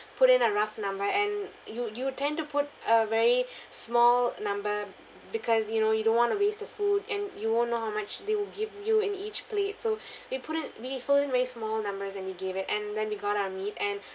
put in a rough number and you you tend to put a very small number because you know you don't want to waste the food and you won't know how much they will give you in each plate so we put it we put in very small numbers then we gave it and then we got our meat and